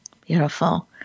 Beautiful